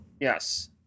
Yes